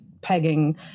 pegging